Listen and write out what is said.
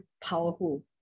powerful